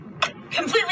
completely